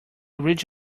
ridge